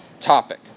topic